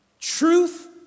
Truth